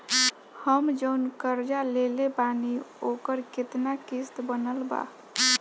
हम जऊन कर्जा लेले बानी ओकर केतना किश्त बनल बा?